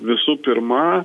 visų pirma